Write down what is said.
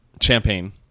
Champagne